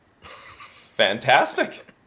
Fantastic